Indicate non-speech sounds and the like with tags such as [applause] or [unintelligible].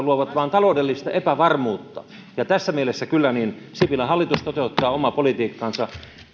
[unintelligible] luovat vain taloudellista epävarmuutta tässä mielessä kyllä sipilän hallitus toteuttaa omaa politiikkaansa